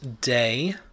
Day